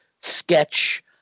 sketch